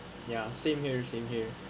ya same here same here